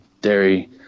dairy